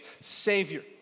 savior